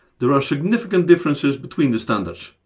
there are significant differences between the standards.